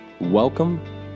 Welcome